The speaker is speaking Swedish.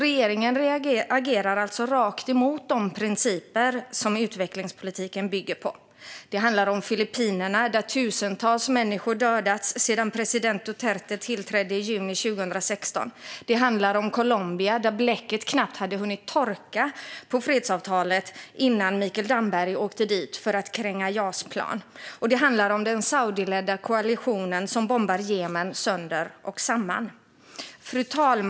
Regeringen agerar alltså tvärtemot de principer som utvecklingspolitiken bygger på. Det handlar om Filippinerna, där tusentals människor har dödats sedan president Duterte tillträdde i juni 2016. Det handlar om Colombia, där bläcket knappt hade hunnit torka på fredsavtalet innan Mikael Damberg åkte dit för att kränga JAS-plan. Det handlar också om den saudiskledda koalition som bombar Jemen sönder och samman. Fru talman!